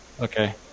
Okay